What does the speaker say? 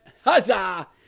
Huzzah